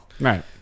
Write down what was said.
Right